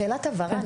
שאלת הבהרה,